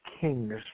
Kings